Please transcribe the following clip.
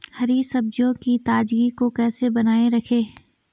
हरी सब्जियों की ताजगी को कैसे बनाये रखें?